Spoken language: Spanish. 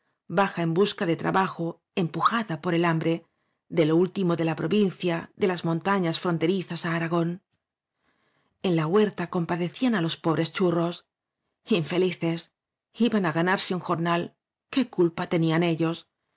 baja en busca de trabajo empujada por el hambre de lo último de la provincia délas montañas fronterizas á aragón en la huerta compadecían á los pobres churros infelices iban á ganarse un jornal qué culpa tenían ellos